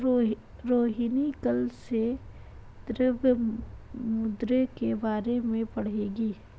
रोहिणी कल से द्रव्य मुद्रा के बारे में पढ़ेगी